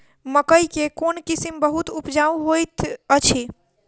मकई केँ कोण किसिम बहुत उपजाउ होए तऽ अछि?